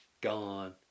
Gone